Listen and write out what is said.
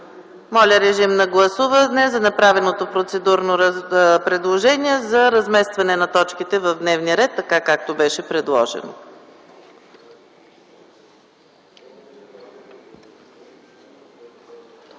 Моля да гласуваме направеното процедурно предложение за разместване на точките в дневния ред, така както беше предложено.